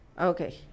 Okay